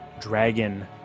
dragon